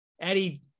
Eddie